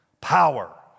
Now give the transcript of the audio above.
power